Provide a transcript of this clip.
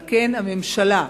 על כן, הממשלה,